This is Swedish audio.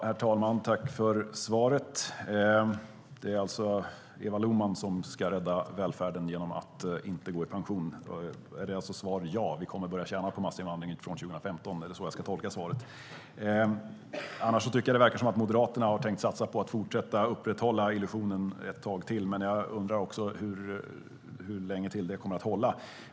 Herr talman! Tack för svaret! Det är alltså Eva Lohman som ska rädda välfärden genom att inte gå i pension. Svaret är alltså ja, vi kommer att börja tjäna på massinvandringen från 2015. Är det så jag ska tolka svaret? Annars tycker jag att det verkar som om Moderaterna har tänkt satsa på att fortsätta upprätthålla illusionen ett tag till, men jag undrar också hur länge till det kommer att hålla.